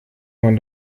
man